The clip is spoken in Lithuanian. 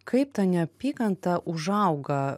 kaip ta neapykanta užauga